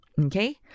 okay